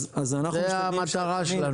זו המטרה שלנו.